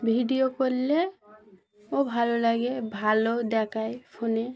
video করলে ও ভালো লাগে ভালো দেখায় ফোনে